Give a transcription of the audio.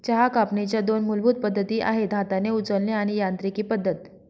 चहा कापणीच्या दोन मूलभूत पद्धती आहेत हाताने उचलणे आणि यांत्रिकी पद्धत